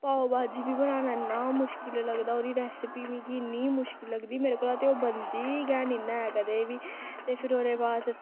पाव भाजी बी बनाना इन्ना मुश्कल लगदा ओह्दी रैसपी मिगी इन्नी मुश्किल लगदी मेरे कोला ते ओह् बनदी गै नेईं ना है कदें बी ते फिर ओह्दे बाद